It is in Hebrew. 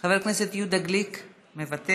חבר הכנסת יהודה גליק, מוותר,